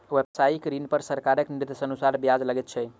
व्यवसायिक ऋण पर सरकारक निर्देशानुसार ब्याज लगैत छै